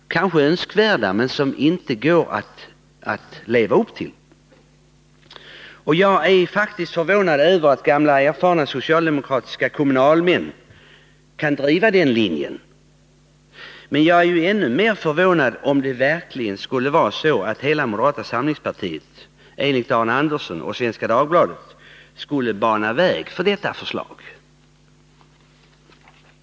Jag är faktiskt förvånad över att gamla, erfarna socialdemokratiska kommunalmän kan driva den linjen. Men jag är ännu mer förvånad om det verkligen skulle vara så att hela moderata samlingspartiet — enligt Arne Andersson och Svenska Dagbladet — skulle bana väg för detta förslag.